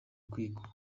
kwigwa